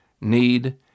need